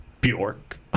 Bjork